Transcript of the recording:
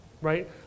right